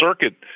Circuit